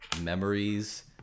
memories